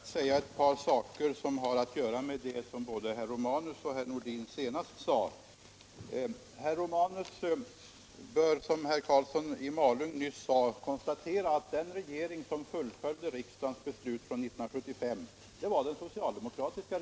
Herr talman! Jag vill sluta med att säga ett par saker som har att göra med det som både herr Romanus och herr Nordin senast yttrade. Herr Romanus bör, som herr Karlsson i Malung nyss sade, kunna konstatera att den regering som fullföljde riksdagens beslut från 1975 var den socialdemokratiska.